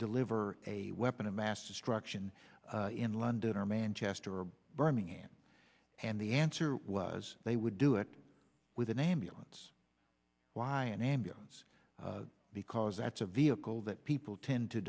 deliver a weapon of mass destruction in london or manchester and birmingham and the answer was they would do it with an ambulance why an ambulance because that's a vehicle that people tend to